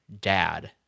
dad